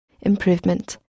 Improvement